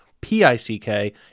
P-I-C-K